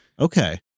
okay